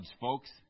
folks